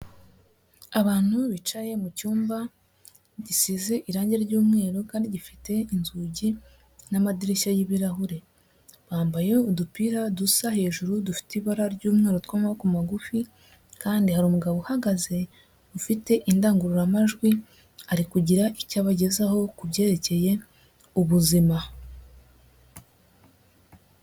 Abantu bicaye mu cyumba gisize irangi ry'umweru kandi gifite inzugi n'amadirishya y'ibirahure, bambaye udupira dusa hejuru dufite ibara ry'umweru tw'amaboko magufi kandi hari umugabo uhagaze ufite indangururamajwi ari kugira icyo abagezaho ku byerekeye ubuzima.